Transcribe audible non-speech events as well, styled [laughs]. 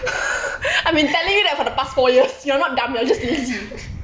[laughs]